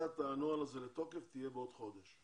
שכניסת הנוהל הזה לתוקף תהיה בעוד חודש.